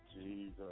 Jesus